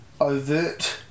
overt